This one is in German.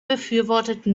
befürwortete